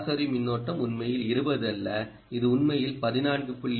சராசரி மின்னோட்டம் உண்மையில் 20 அல்ல இது உண்மையில் 14